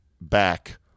back